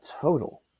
total